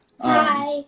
hi